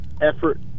Effort